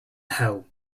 hell